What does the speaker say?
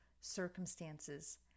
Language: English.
circumstances